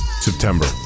September